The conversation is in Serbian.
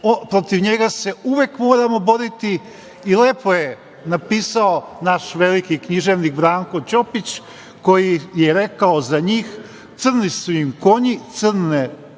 Protiv njega se uvek moramo boriti. Lepo je napisao naš veliki književnik, Branko Ćopić, koji je rekao za njih - Crni su im konji, crne